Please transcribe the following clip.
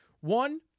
One